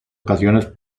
ocasiones